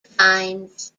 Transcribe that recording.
fines